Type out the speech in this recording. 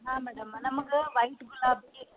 ಹಾಂ ಮೇಡಮ್ ನಮ್ಗೆ ವೈಟ್ ಗುಲಾಬಿ